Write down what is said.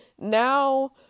Now